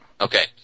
Okay